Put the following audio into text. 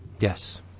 Yes